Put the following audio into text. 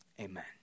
Amen